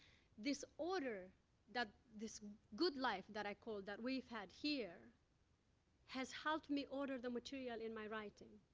this order that this good life that i called that we've had here has helped me order the material in my writing.